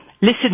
listen